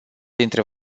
dintre